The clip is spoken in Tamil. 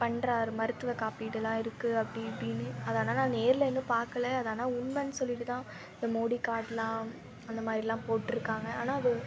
பண்ணுறாரு மருத்துவ காப்பீடு எல்லாம் இருக்கு அப்படி இப்படின்னு அதனால் நேரில் இன்னும் பார்க்கல அது ஆனால் உண்மைன் சொல்லிவிட்டு தான் இந்த மோடி கார்டு எல்லாம் அந்த மாதிரிலாம் போட்டுருக்காங்க ஆனால் அது